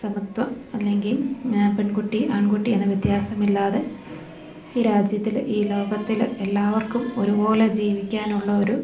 സമത്വം അല്ലെങ്കിൽ പെൺകുട്ടി ആൺകുട്ടി എന്ന വ്യത്യാസമില്ലാതെ ഈ രാജ്യത്തില് ഈ ലോകത്തില് എല്ലാവർക്കും ഒരുപോലെ ജീവിക്കാനുള്ളൊരു